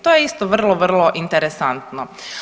To je isto vrlo vrlo interesantno.